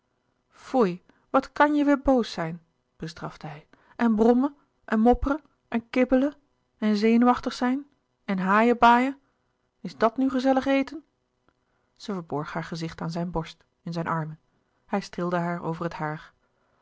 foei wat kan je weêr boos zijn bestrafte hij en brommen en mopperen en kibbelen en zenuwachtig zijn en haaiebaaien is dat nu gezellig eten zij verborg haar gezicht aan zijn borst in zijn armen hij streelde haar over het haar